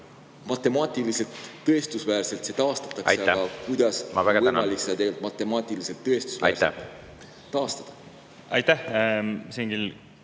matemaatiliselt tõestusväärselt taastada? Aga kuidas on võimalik seda tegelikult matemaatiliselt tõestusväärselt taastada? Aitäh!